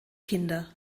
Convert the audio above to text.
kinder